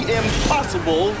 impossible